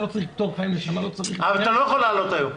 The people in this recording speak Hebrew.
יכול להעלות היום.